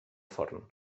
forn